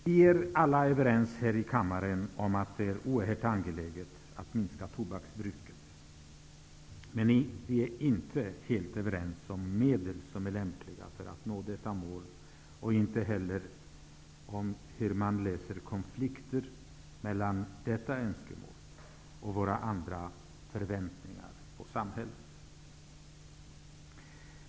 Vi är alla överens här i kammaren om att det är oerhört angeläget att minska tobaksbruket, men vi är inte helt överens om vilka medel som är lämpliga för att nå detta mål och inte heller om hur man löser konflikter mellan detta önskemål och våra andra förväntningar på samhället.